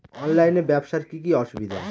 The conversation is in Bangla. অনলাইনে ব্যবসার কি কি অসুবিধা?